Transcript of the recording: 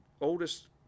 oldest